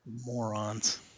morons